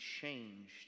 changed